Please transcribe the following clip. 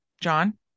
john